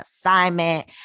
assignment